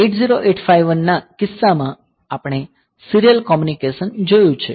8085 ના કિસ્સામાં આપણે સીરીયલ કોમ્યુનિકેશન જોયું છે